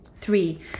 Three